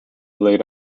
laid